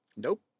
Nope